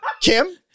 Kim